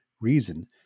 reason